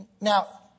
Now